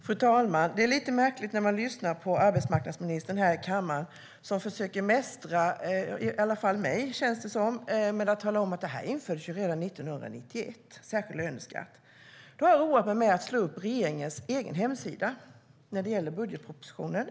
Fru talman! Det är lite märkligt att lyssna på arbetsmarknadsministern som här i kammaren försöker mästra åtminstone mig, känns det som, med att tala om att särskild löneskatt infördes redan 1991. Jag har nu roat mig med att gå in på regeringens egen hemsida och läst vad som står när det gäller budgeten.